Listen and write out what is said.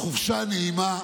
חופשה נעימה,